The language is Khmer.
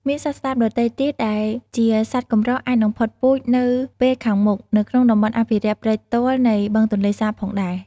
មានសត្វស្លាបដទៃទៀតដែលជាសត្វកម្រអាចនឹងផុតពូជនៅពេលខាងមុខនៅក្នុងតំបន់អភិរក្សព្រែកទាល់នៃបឹងទន្លេសាបផងដែរ។